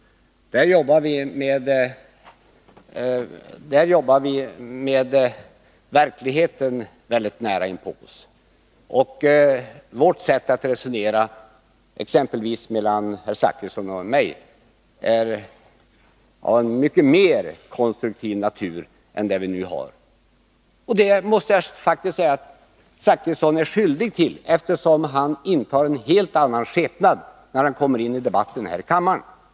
Där jobbar vi med verkligheten väldigt nära inpå oss. Våra resonemang i utskottet, exempelvis mellan Bertil Zachrisson och mig, är av en mycket mer konstruktiv natur än de vi nu för. Jag måste faktiskt säga att Bertil Zachrisson är skyldig till denna förändring, eftersom han intar en helt annan skepnad i debatten här i kammaren.